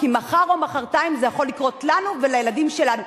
כי מחר או מחרתיים זה יכול לקרות לנו ולילדים שלנו.